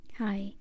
Hi